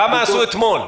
כמה בדיקות עשו אתמול?